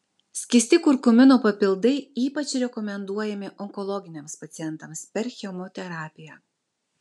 skysti kurkumino papildai ypač rekomenduojami onkologiniams pacientams per chemoterapiją